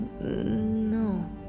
no